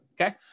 Okay